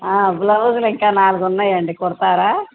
బ్లౌజులు ఇంకా నాలుగు ఉన్నాయండి కుడతారా